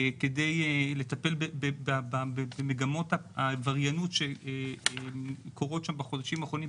כדי לטפל במגמות העבריינות שקורות שם בחודשים האחרונים,